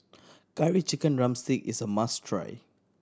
Curry Chicken drumstick is a must try